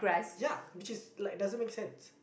ya which is like doesn't make sense